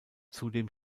zudem